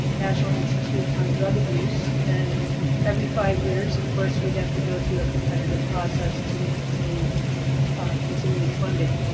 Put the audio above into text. national institute on drug abuse, and every five years of course we have to go through a competitive process to obtain continued funding.